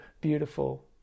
beautiful